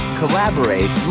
collaborate